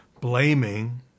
blaming